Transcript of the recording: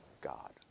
God